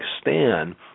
Stan